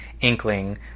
inkling